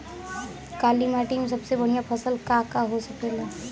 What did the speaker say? काली माटी में सबसे बढ़िया फसल का का हो सकेला?